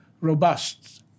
robust